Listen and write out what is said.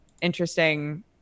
interesting